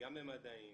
וגם במדעים.